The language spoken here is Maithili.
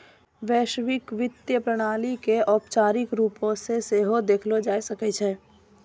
वैश्विक वित्तीय प्रणाली के औपचारिक रुपो से सेहो देखलो जाय सकै छै